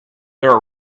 there